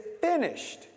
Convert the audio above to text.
finished